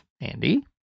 Andy